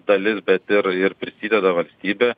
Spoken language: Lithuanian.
dalis bet ir ir prisideda valstybė